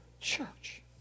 church